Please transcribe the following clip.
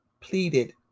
pleaded